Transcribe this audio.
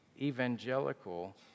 evangelical